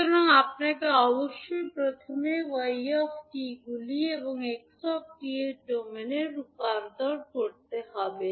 সুতরাং আপনাকে অবশ্যই প্রথমে 𝑦 𝑡 গুলি এবং 𝑥 𝑡 এর ডোমেইনেরূপান্তর করতে হবে